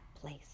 place